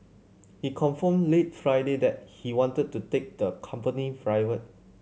he confirmed late Friday that he wanted to take the company private